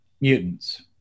mutants